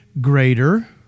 greater